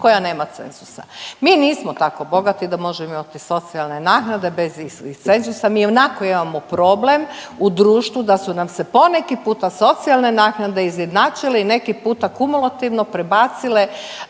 koja nema cenzusa. Mi nismo tako bogati da možemo imati socijalne naknade bez … cenzusa, mi ionako imamo problem u društvu da su nam se poneki puta socijalne naknade izjednačile i neki puta kumulativno prebacile